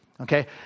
okay